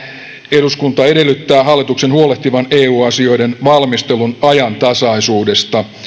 eduskunta edellyttää hallituksen huolehtivan eu asioiden valmistelun ajantasaisuudesta